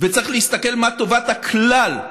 וצריך להסתכל מה טובת הכלל.